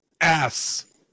ass